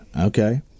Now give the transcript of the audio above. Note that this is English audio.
Okay